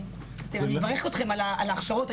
אני מברכת אתכם על ההכשרות,